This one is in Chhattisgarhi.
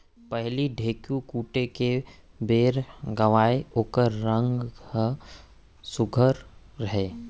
पहिली ढ़ेंकी कूटे के बेर गावयँ ओकर राग ह सुग्घर रहय